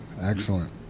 excellent